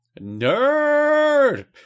Nerd